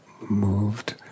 moved